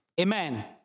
Amen